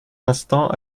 l’instant